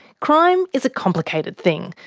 crime is a complicated thing,